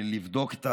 ולבדוק.